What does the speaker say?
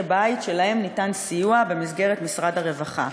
בית שלהם ניתן סיוע במסגרת משרד הרווחה.